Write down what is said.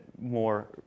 more